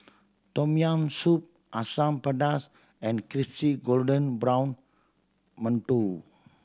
Tom Yam Soup Asam Pedas and crispy golden brown mantou